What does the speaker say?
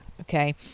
okay